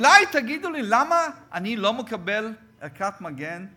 אולי תגידו לי למה אני לא מקבל ערכת מגן?